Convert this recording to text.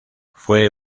fue